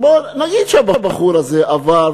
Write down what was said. נגיד שהבחור הזה עבר,